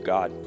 God